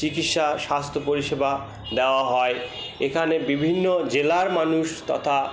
চিকিৎসা স্বাস্থ্য পরিষেবা দেওয়া হয় এখানে বিভিন্ন জেলার মানুষ তথা